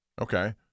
Okay